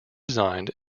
designed